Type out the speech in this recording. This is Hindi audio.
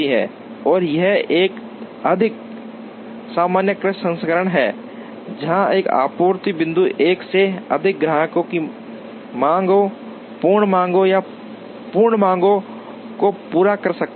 और यह एक अधिक सामान्यीकृत संस्करण है जहां एक आपूर्ति बिंदु एक से अधिक ग्राहकों की मांगों पूर्ण मांगों या पूर्ण मांगों को पूरा कर सकता है